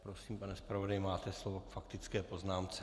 Prosím, pane zpravodaji máte slovo k faktické poznámce.